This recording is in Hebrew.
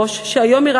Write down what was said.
אז אני רוצה לספר לך,